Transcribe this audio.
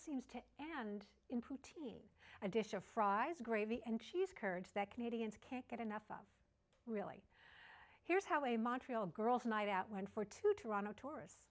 seems to and in protein a dish of fries gravy and cheese curds that canadians can't get enough of really here's how a montral girls night out went for two toronto tourists